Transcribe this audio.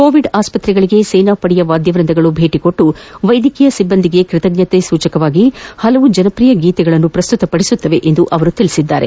Covid ಆಸ್ಪತ್ರೆಗಳಿಗೆ ಸೇನಾಪಡೆಯ ವಾದ್ವವೃಂದಗಳು ಭೇಟಿ ನೀಡಿ ವೈದ್ಯಕೀಯ ಸಿಬ್ಬಂದಿಗೆ ಕೃತಜ್ಞತಾ ಸೂಚಕವಾಗಿ ಹಲವು ಜನಪ್ರಿಯ ಗೀತೆಗಳನ್ನು ಪ್ರಸ್ತುತ ಪಡಿಸಲಿವೆ ಎಂದು ಅವರು ತಿಳಿಸಿದ್ದಾರೆ